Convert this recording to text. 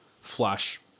flash